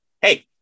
hey